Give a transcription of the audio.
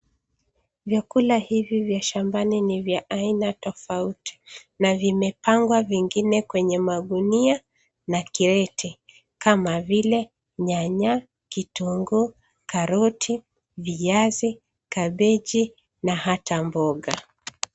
Vyakula hivi vya shambani ni vya aina tofauti, na vimepangwa vingine kwenye magunia na kiwete kama vile nyanya, kitunguu, karoti, viazi, kabechi na hata mboga.